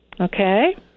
okay